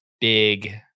big